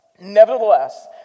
Nevertheless